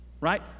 right